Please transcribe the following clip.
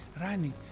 running